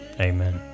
Amen